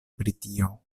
britio